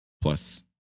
plus